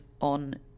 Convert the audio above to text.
on